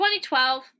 2012